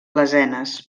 lesenes